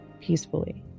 peacefully